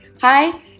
Hi